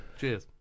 Cheers